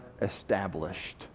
established